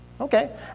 Okay